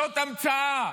זאת המצאה.